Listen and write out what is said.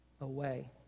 away